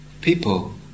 people